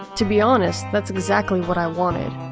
to be honest, that's exactly what i wanted.